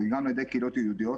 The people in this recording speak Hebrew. וגם על ידי הקהילות היהודיות,